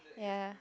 ya